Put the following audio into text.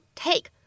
take